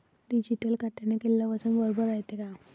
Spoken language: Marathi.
डिजिटल काट्याने केलेल वजन बरोबर रायते का?